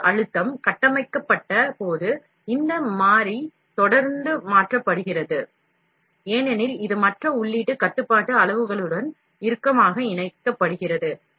உள்ளீட்டு அழுத்தம் கட்டமைக்கப்பட்ட போது இந்த மாறி தொடர்ந்து மாற்றப்படுகிறது ஏனெனில் இது மற்ற உள்ளீட்டு கட்டுப்பாட்டு அளவுருக்களுடன் இறுக்கமாக இணைக்கப்படுகிறது